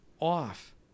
off